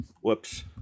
Whoops